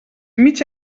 mig